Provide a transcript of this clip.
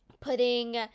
putting